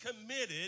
committed